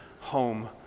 home